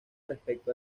respecto